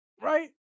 Right